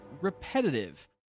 repetitive